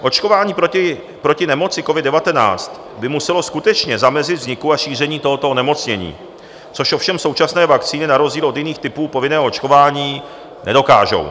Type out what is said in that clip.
Očkování proti nemoci covid19 by muselo skutečně zamezit vzniku a šíření tohoto onemocnění, což ovšem současné vakcíny na rozdíl od jiných typů povinného očkování nedokážou.